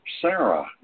Sarah